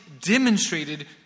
demonstrated